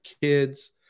kids